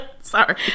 Sorry